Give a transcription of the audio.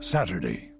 Saturday